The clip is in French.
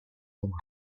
romain